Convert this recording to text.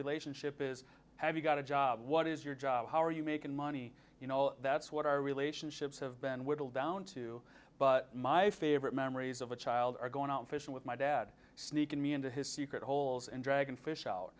relationship is have you got a job what is your job how are you making money you know that's what our relationships have been whittled down to but my favorite memories of a child are going out fishing with my dad sneaking me into his secret holes and dragon fish